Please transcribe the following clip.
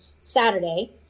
Saturday